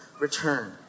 return